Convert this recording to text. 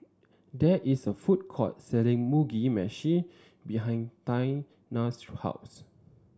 there is a food court selling Mugi Meshi behind Taina's house